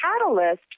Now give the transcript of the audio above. catalyst